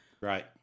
Right